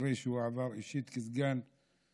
מקרה שהוא עבר אישית בבית שמש כסגן שר.